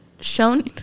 shown